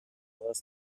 dos